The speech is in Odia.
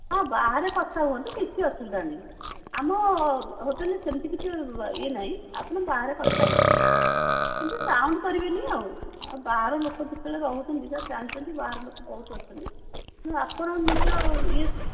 ହଁ ବାହାରେ କଥା ହୁଅନ୍ତୁ କିଛି ଅସୁବିଧା ନାହିଁ ଆମ ହୋଟେଲ୍ରେ ସେମିତି କିଛି ଇଏ ନାହିଁ ଆପଣ ବାହାରେ କଥା ହୋଇପାରିବେ କିନ୍ତୁ ସାଉଣ୍ଡ୍ କରିବେନି ଆଉ ବାହାର ଲୋକ ଯେତେବେଳେ ରହୁଛନ୍ତି ସାର୍ ଜାଣିଛନ୍ତି ବାହାର ଲୋକ ବହୁତ ଅଛନ୍ତି ତେଣୁ ଆପଣ ନିଜ ଇଏ